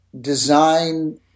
design